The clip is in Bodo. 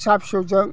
फिसा फिसौजों